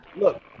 look